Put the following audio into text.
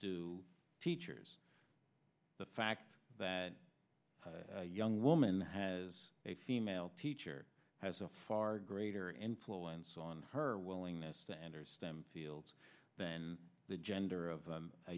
to teachers the fact that young woman has a female teacher has a far greater influence on her willingness to enter stem fields then the gender of